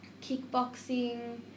kickboxing